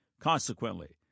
Consequently